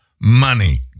money